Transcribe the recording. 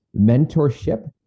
mentorship